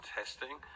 testing